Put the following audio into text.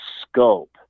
scope